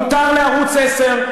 מותר לערוץ 10,